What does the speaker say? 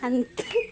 अन्त